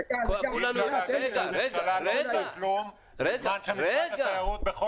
אי אפשר להגיד שהממשלה לא עושה כלום בזמן שמשרד התיירות בחול